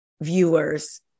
viewers